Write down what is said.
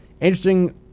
interesting